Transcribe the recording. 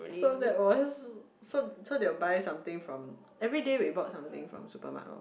so that was so so they will buy something from every day we bought something from supermarket lor